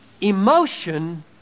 Emotion